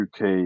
UK-